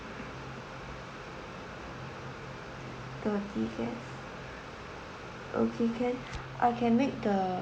thirty guests okay can uh I can make the